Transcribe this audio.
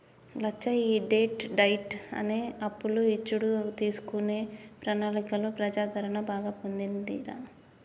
లచ్చయ్య ఈ debt diet అనే అప్పులు ఇచ్చుడు తీసుకునే ప్రణాళికలో ప్రజాదరణ బాగా పొందిందిరా